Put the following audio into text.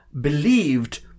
believed